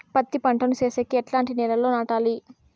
పత్తి పంట ను సేసేకి ఎట్లాంటి నేలలో నాటాలి?